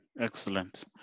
Excellent